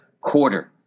quarter